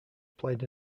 played